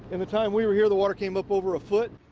in the time we were here, the water came up over a foot.